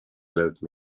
wrote